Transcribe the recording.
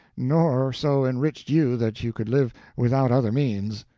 nor so enriched you that you could live without other means.